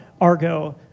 Argo